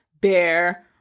bear